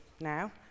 now